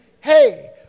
Hey